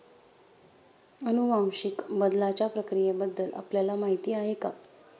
अनुवांशिक बदलाच्या प्रक्रियेबद्दल आपल्याला माहिती आहे का?